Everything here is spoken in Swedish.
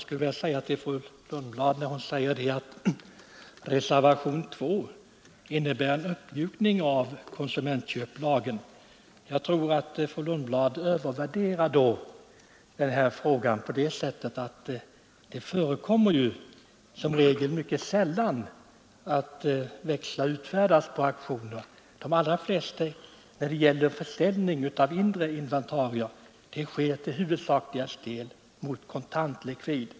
Herr talman! Fru Lundblad säger att reservationen 2 innebär en uppmjukning av konsumentköplagen. Jag tror att fru Lundblad då övervärderar denna fråga, eftersom det mycket sällan förekommer att växlar utfärdas på auktioner som kommer att omfattas av konsumentköplagen. De allra flesta auktioner som gäller försäljning av inre inventarier sker i huvudsak mot kontant likvid.